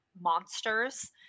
monsters